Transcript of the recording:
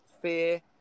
Fear